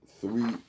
three